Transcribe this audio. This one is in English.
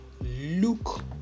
look